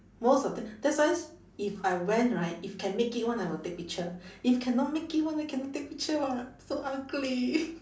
most of the that's why if I went right if can make it [one] I will take picture if cannot make it [one] then cannot take picture [what] so ugly